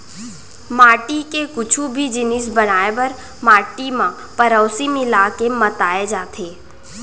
माटी के कुछु भी जिनिस बनाए बर माटी म पेरौंसी मिला के मताए जाथे